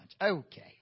Okay